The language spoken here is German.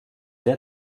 der